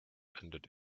ended